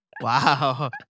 Wow